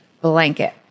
blanket